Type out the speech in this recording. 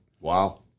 Wow